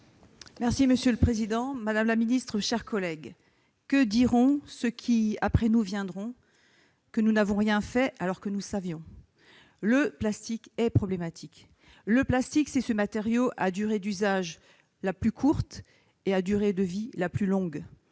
Monsieur le président, madame la secrétaire d'État, mes chers collègues, que diront ceux qui après nous viendront ? Que nous n'avons rien fait, alors que nous savions. Le plastique est problématique. C'est le matériau à la durée d'usage la plus courte et à la durée de vie la plus longue.